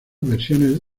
versiones